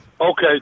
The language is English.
Okay